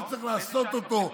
שצריך לעשות אותו.